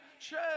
church